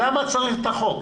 למה צריך את החוק?